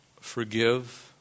Forgive